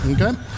Okay